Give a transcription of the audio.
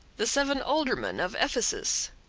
the seven aldermen of ephesus,